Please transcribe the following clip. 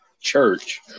church